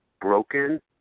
broken